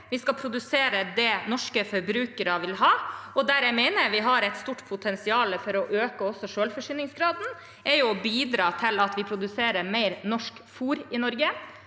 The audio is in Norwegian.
Vi skal produsere det norske forbrukere vil ha. Der jeg mener vi har et stort potensial for å øke selvforsyningsgraden, er ved å bidra til at vi produserer mer norsk fôr i Norge